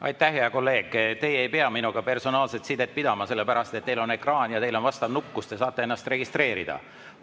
Aitäh, hea kolleeg! Teie ei pea minuga personaalselt sidet pidama, sellepärast et teil on ekraan ja teil on vastav nupp, mille abil te saate ennast registreerida.